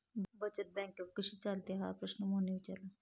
बचत बँक कशी चालते हा प्रश्न मोहनने विचारला?